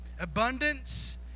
abundance